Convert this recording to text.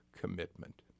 commitment